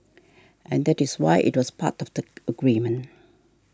and that is why it was part of the agreement